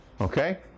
okay